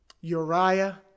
Uriah